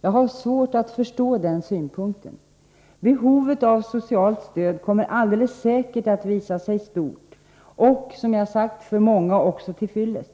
Jag har svårt att förstå den synpunkten. Behovet av socialt stöd kommer alldeles säkert att visa sig stort och, som jag sagt, för många också till fyllest.